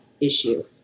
issue